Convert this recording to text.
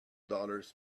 dollars